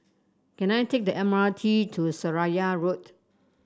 can I take the M R T to Seraya Road